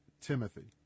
Timothy